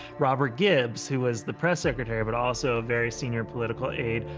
robert gibbs, who was the press secretary but also a very senior political aide,